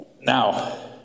Now